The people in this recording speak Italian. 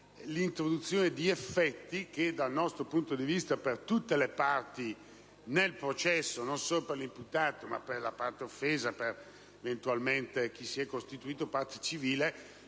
introdotti effetti che, dal nostro punto di vista, per tutte le parti del processo (non solo l'imputato, ma anche la parte offesa o eventualmente chi si è costituito parte civile),